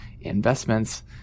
investments